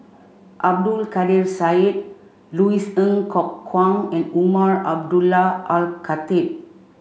Abdul Kadir Syed Louis Ng Kok Kwang and Umar Abdullah Al Khatib